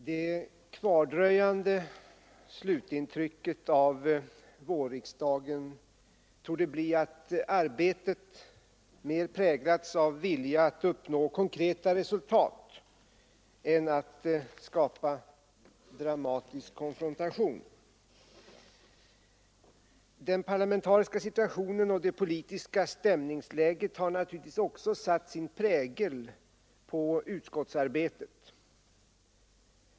Herr talman! Det kvardröjande slutintrycket av vårriksdagen torde bli att arbetet mer präglats av vilja att uppnå konkreta resultat än att skapa dramatisk konfrontation. Den parlamentariska situationen och det politiska stämningsläget har naturligtvis också satt sin prägel på utskottsarbetet.